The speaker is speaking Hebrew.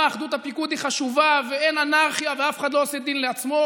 אחדות הפיקוד היא חשובה ואין אנרכיה ואף אחד לא עושה דין לעצמו.